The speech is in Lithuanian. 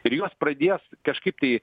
ir juos pradės kažkaip tai